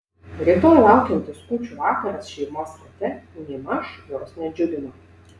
rytoj laukiantis kūčių vakaras šeimos rate nėmaž jos nedžiugino